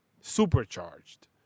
supercharged